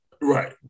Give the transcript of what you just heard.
Right